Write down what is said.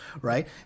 right